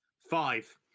Five